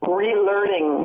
relearning